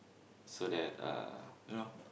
so that uh you know